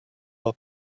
are